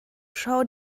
schau